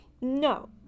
No